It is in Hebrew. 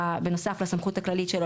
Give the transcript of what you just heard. בנוסף לסמכות הכללית שלו,